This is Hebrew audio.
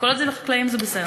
כל עוד זה לחקלאים זה בסדר.